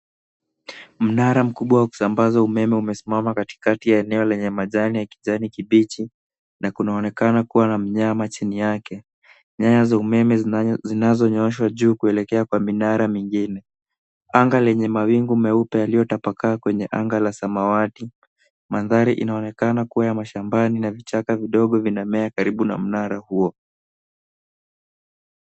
Mnara mkubwa wa kusambaza umeme umesimama katikati ya eneo lenye majani ya kijani kibichi na kunaonekana kuwa na mnyama chini yake. Nyaya za umeme zinazonyooshwa juu kuelekea kwa minara mingine. Anga lenye mawingu meupe yaliyotapakaa kwenye anga la samawati. Mandhari inaonekana kuwa ya mashambani na vichaka vidogo vinamea karibu na mnara huo.